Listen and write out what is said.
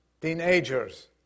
teenagers